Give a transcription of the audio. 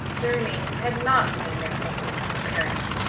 the remains had not lain there since his disappearance.